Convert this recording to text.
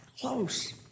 close